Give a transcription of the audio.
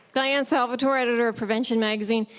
diane salvatore, editor of prevention magazine.